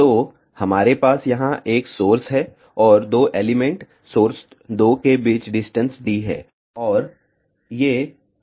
तो हमारे पास यहाँ 1 सोर्स है और 2 एलिमेंट सोर्स 2 के बीच डिस्टेंस d है